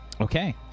Okay